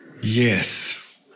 Yes